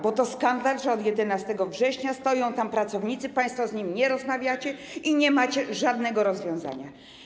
Bo to skandal, że od 11 września stoją tam pracownicy, państwo z nimi nie rozmawiacie i nie macie żadnego rozwiązania.